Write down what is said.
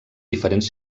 diferents